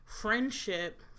friendship